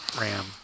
ram